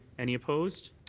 any opposed?